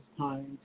time